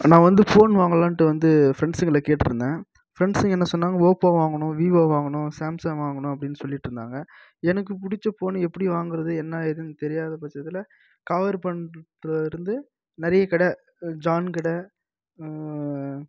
நான் வந்து ஃபோன் வாங்கலான்ட்டு வந்து ஃப்ரெண்ட்ஸுகளை கேட்டிருந்தேன் ஃப்ரெண்ட்ஸுங்க என்ன சொன்னாங்க ஓப்போ வாங்கணும் விவோ வாங்கணும் சாம்சங் வாங்கணும் அப்படின் சொல்லிட்டிருந்தாங்க எனக்கு பிடிச்ச ஃபோனு எப்படி வாங்கறது என்ன ஏதுன்னு தெரியாத பட்சத்தில் காவேரிபண்டுத்துல இருந்து நிறைய கடை ஜான் கடை